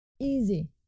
easy